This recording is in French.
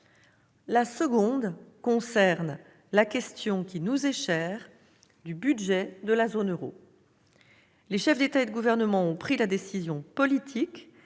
satisfaction concerne la question, qui nous est chère, du budget de la zone euro. Les chefs d'État et de gouvernement ont pris la décision politique